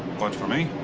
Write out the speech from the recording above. ones for me?